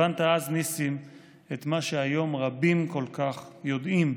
הבנת אז, ניסים, את מה שהיום רבים כל כך יודעים: